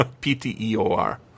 P-T-E-O-R